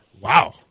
Wow